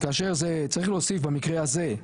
כאשר זה צריך להוסיף במקרה הזה,